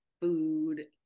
food